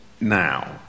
now